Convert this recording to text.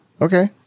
Okay